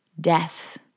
Death